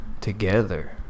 together